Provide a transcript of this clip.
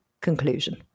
conclusion